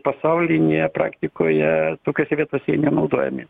pasaulinėje praktikoje tokiose vietose jie nenaudojami